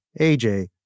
AJ